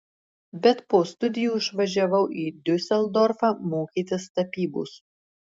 bet po studijų išvažiavau į diuseldorfą mokytis tapybos